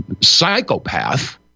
psychopath